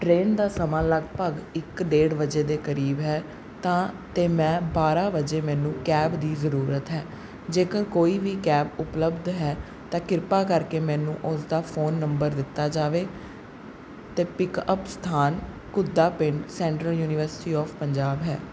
train ਦਾ ਸਮਾਂ ਲਗਭਗ ਇੱਕ ਡੇਢ ਵਜੇ ਦੇ ਕਰੀਬ ਹੈ ਤਾਂ ਅਤੇ ਮੈਂ ਬਾਰਾਂ ਵਜੇ ਮੈਨੂੰ ਕੈਬ ਦੀ ਜ਼ਰੂਰਤ ਹੈ ਜੇਕਰ ਕੋਈ ਵੀ ਕੈਬ ਉਪਲਬਧ ਹੈ ਤਾਂ ਕਿਰਪਾ ਕਰਕੇ ਮੈਨੂੰ ਉਸਦਾ ਫੋਨ ਨੰਬਰ ਦਿੱਤਾ ਜਾਵੇ ਅਤੇ ਪਿੱਕਅੱਪ ਸਥਾਨ ਘੁੱਦਾ ਪਿੰਡ ਸੈਂਟਰਲ ਯੂਨੀਵਰਸਿਟੀ ਔਫ ਪੰਜਾਬ ਹੈ